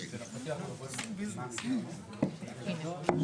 מהשוק כי יש לה פוטנציאל של בנייה חדשה.